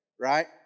Right